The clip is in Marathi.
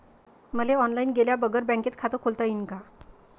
मले ऑनलाईन गेल्या बगर बँकेत खात खोलता येईन का?